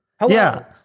hello